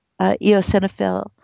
eosinophil